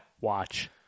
watch